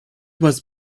was